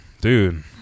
Dude